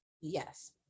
Yes